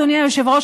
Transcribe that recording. אדוני היושב-ראש,